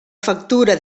factura